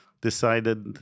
decided